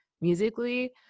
musically